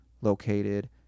located